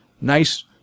nice